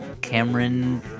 Cameron